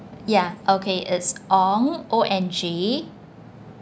ya okay it's ong O N G